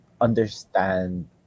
understand